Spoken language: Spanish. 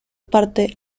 parte